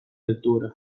altura